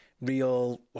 real